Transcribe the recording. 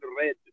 red